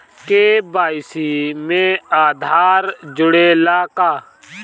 KYC में आधार जुड़े ला का?